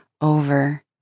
over